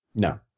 No